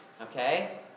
okay